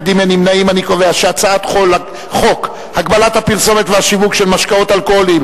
להעביר את הצעת חוק הגבלת הפרסומת והשיווק של משקאות אלכוהוליים,